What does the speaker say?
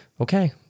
Okay